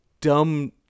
dumb